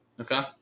Okay